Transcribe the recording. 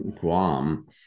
Guam